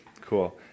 Cool